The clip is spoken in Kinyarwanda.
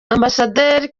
ambasaderi